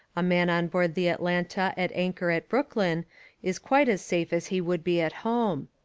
a man on board the atlanta at anchor at brooklyn is quite as safe as he would be at home.